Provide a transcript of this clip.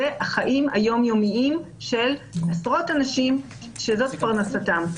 אלה החיים היומיומיים של עשרות אנשים שזאת פרנסתם,